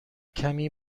کمی